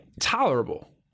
tolerable